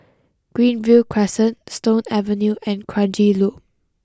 Greenview Crescent Stone Avenue and Kranji Loop